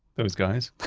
those guys.